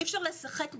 אי-אפשר לשחק בזה.